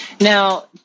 Now